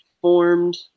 formed